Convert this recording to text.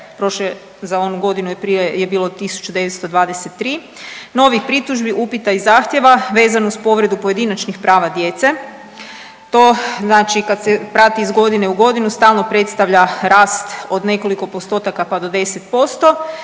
za onu godinu prije je bilo 1.923, novih pritužbi, upita i zahtjeva vezan uz povredu pojedinačnih prava djece. To znači kad se prati iz godine u godinu stalno predstavlja rast od nekoliko postotaka pa do 10%.